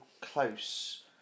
close